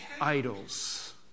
Idols